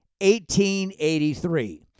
1883